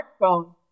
smartphone